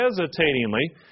hesitatingly